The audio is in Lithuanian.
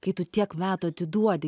kai tu tiek metų atiduodi